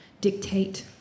dictate